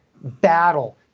battle